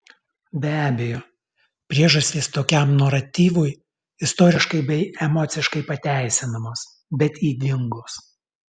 be abejo priežastys tokiam naratyvui istoriškai bei emociškai pateisinamos bet ydingos